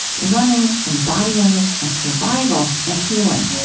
running and body image and survival and healing